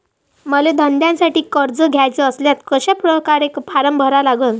मले धंद्यासाठी कर्ज घ्याचे असल्यास कशा परकारे फारम भरा लागन?